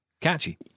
Catchy